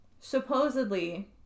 supposedly